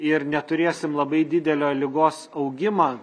ir neturėsim labai didelio ligos augimą